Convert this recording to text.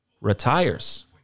retires